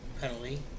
penalty